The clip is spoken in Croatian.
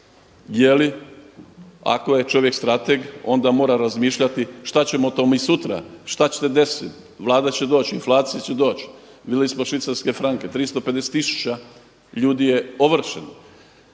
je li ako je čovjek strateg onda mora razmišljati šta ćemo to mi sutra, šta će se desiti, Vlada će doći, inflacija će doći. Vidjeli smo švicarske franke 350 tisuća ljudi je ovršeno.